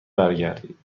برگردید